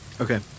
Okay